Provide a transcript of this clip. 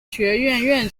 学院